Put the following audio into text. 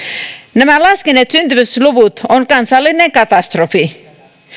nämä laskeneet syntyvyysluvut on kansallinen katastrofi